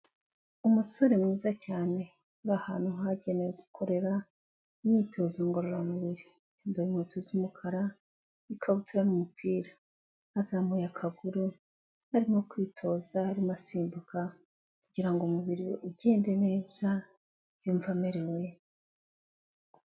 Umusore mwiza cyane, uri ahantu hagenewe gukorera, imyitozo ngororamubiri, yambaye inkweto z'umukara, ikabutura n'umupira, azamuye akaguru, arimo kwitoza, arimo asimbuka, kugira ngo umubiri we ugende neza, yumva amerewe.